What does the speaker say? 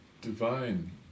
divine